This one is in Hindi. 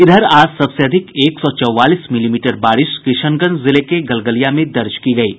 इधर आज सबसे अधिक एक सौ चौवालीस मिलीमीटर बारिश किशनगंज जिले के गलगलिया में दर्ज की गयी है